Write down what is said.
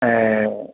ऐं